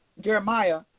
Jeremiah